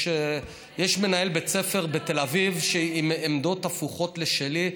יש מנהל בית ספר בתל אביב עם עמדות הפוכות לשלי,